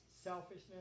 selfishness